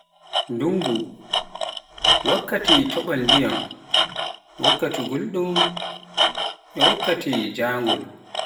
wakkati toɓol ndiyam, ndungu, wakkati ngulɗo, wakkati njaangol